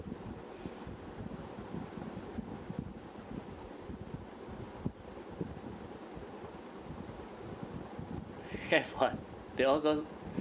have [what] they all got